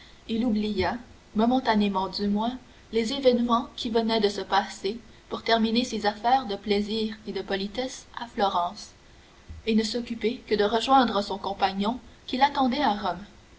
il oublia momentanément du moins les événements qui venaient de se passer pour terminer ses affaires de plaisir et de politesse à florence et ne s'occuper que de rejoindre son compagnon qui l'attendait à rome